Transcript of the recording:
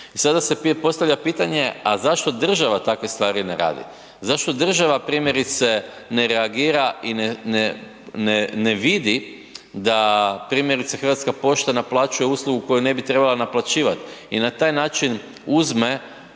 I sada se postavlja pitanje, a zašto država takve stvari ne radi? Zašto država primjerice ne reagira i ne vidi da primjerice Hrvatska pošta naplaćuje uslugu koju ne bi trebala naplaćivati i na taj način uzme